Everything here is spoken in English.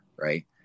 right